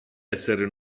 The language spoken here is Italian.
essere